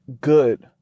good